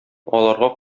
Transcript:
аларга